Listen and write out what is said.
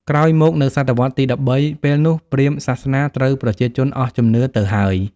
ក្រោយមកនៅសតវត្សរ៍ទី ១៣ ពេលនោះព្រាហ្មណ៍សាសនាត្រូវប្រជាជនអស់ជំនឿទៅហើយ។